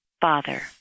Father